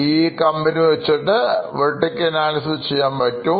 ഈ കമ്പനി വച്ചിട്ട് Vertical Analysis ചെയ്യാൻ പറ്റും